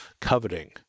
coveting